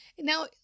Now